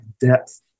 depth